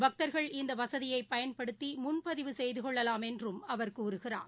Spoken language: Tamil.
பக்தா்கள் இந்தவகதியைபயன்படுத்திமுன்பதிவு செய்துகொள்ளலாம் என்றும் அவர் கூறுகிறார்